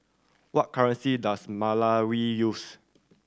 what currency does Malawi use